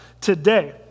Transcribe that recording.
today